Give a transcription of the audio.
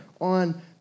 on